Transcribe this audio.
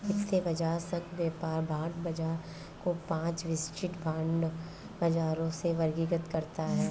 वित्तीय बाजार संघ व्यापक बांड बाजार को पांच विशिष्ट बांड बाजारों में वर्गीकृत करता है